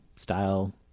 style